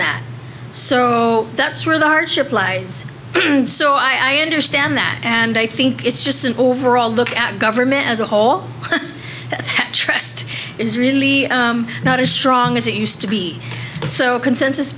that so that's where the hardship lies so i understand that and i think it's just an overall look at government as a whole trust is really not as strong as it used to be so consensus